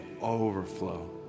overflow